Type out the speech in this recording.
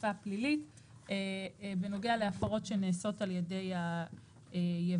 אכיפה פלילית בנוגע להפרות שנעשות על ידי היבואן.